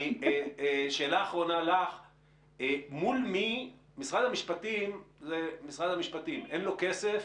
שאלה אחרונה: למשרד המשפטים אין כסף